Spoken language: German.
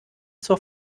zur